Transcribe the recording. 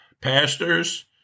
pastors